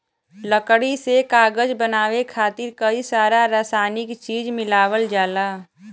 लकड़ी से कागज बनाये खातिर कई सारा रासायनिक चीज मिलावल जाला